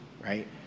right